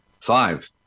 Five